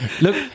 Look